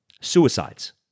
Suicides